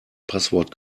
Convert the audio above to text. passwort